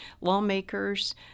lawmakers